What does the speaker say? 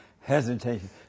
hesitation